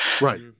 right